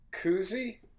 koozie